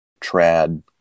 trad